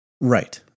Right